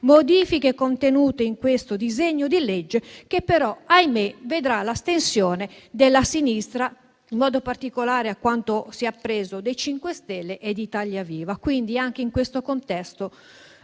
modifiche contenute in questo disegno di legge che però, ahimè, vedrà l'astensione della sinistra in modo particolare, a quanto si è appreso, dei Gruppi MoVimento 5 Stelle e Italia Viva. Anche in questo contesto